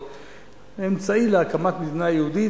אמצעי להקמת מדינה יהודית,